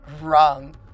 wrong